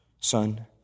son